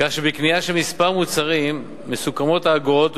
כך שבקנייה של מספר מוצרים מסוכמות האגורות,